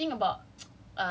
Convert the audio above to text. I don't know lah look but